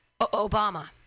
Obama